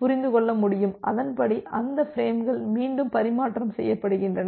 புரிந்து கொள்ள முடியும் அதன்படி அந்த பிரேம்கள் மீண்டும் பரிமாற்றம் செய்யப்படுகின்றன